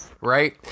right